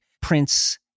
prince